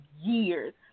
years